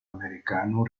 americano